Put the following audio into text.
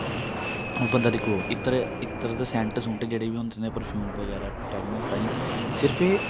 हून बंदा दिक्खो इत्र ते सैंट सुंट जहडे बी होंदे परफ्यूम बगैरा फ्रगनेस तांई सिर्फ ऐ